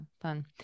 fun